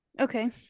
Okay